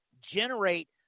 generate